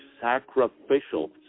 sacrificial